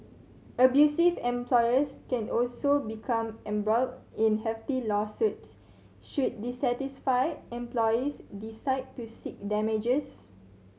abusive employers can also become embroiled in hefty lawsuits should dissatisfied employees decide to seek damages